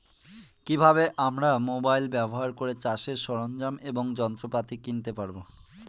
কি ভাবে আমরা মোবাইল ব্যাবহার করে চাষের সরঞ্জাম এবং যন্ত্রপাতি কিনতে পারবো?